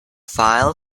file